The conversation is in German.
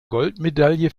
goldmedaille